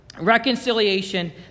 reconciliation